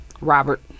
Robert